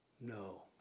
No